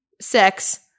sex